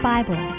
Bible